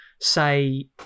say